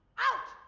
out.